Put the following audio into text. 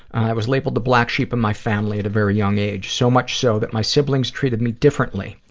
i was labeled the black sheep of my family at a very young age, so much so that my siblings treated me differently.